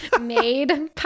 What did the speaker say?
Made